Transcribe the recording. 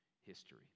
history